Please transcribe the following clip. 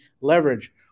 leverage